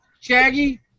Shaggy